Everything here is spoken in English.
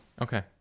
Okay